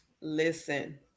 listen